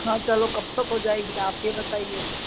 हाँ चलो कब तक हो जाएगी आप ही बताइए